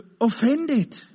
offended